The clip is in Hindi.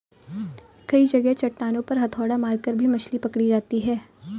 कई जगह चट्टानों पर हथौड़ा मारकर भी मछली पकड़ी जाती है